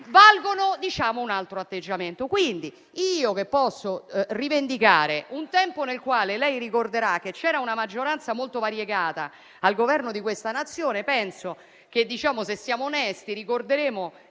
valgono un altro atteggiamento. Quindi, io che posso rivendicare un tempo nel quale lei ricorderà che c'era una maggioranza molto variegata al Governo di questa Nazione, se siamo onesti, ricorderemo